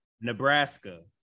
Nebraska